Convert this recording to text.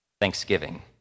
thanksgiving